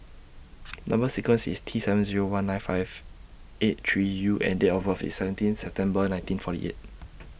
Number sequence IS T seven Zero one nine five eight three U and Date of birth IS seventeen September nineteen forty eight